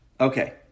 Okay